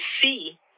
see